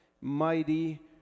mighty